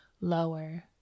lower